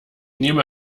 nehme